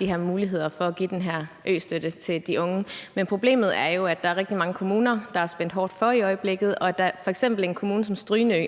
allerede er muligheder for at give østøtte til de unge, men problemet er jo, at der er rigtig mange kommuner, der er spændt hårdt for i øjeblikket, og f.eks. vælger en kommune som Strynø